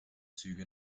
züge